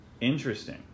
Interesting